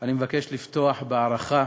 אני מבקש לפתוח בהערכה